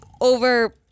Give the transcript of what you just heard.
over